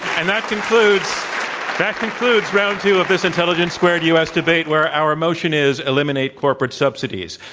and that concludes that concludes round two of this intelligence squared u. s. debate where our motion is, eliminate corporate subsidies.